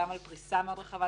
גם על פריסה רחבה מאוד.